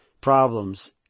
problems